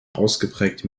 ausgeprägt